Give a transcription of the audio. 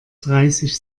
dreißig